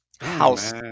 house